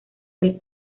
del